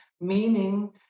meaning